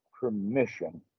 permission